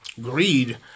Greed